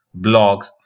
blogs